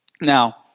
Now